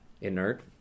inert